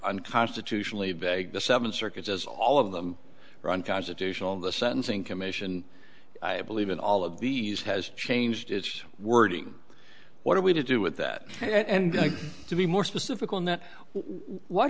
unconstitutionally beg the seven circuits as all of them are unconstitutional the sentencing commission i believe in all of these has changed its wording what are we to do with that and to be more specific on that what